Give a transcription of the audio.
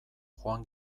joan